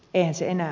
en siinä